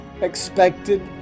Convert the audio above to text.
expected